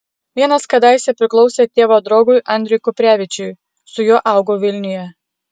vienas kadaise priklausė tėvo draugui andriui kuprevičiui su juo augau vilniuje